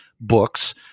books